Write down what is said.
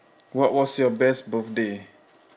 what was your best birthday